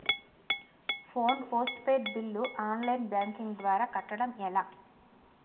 Phone post paid bill online banking ద్వారా కట్టడం ఎలా?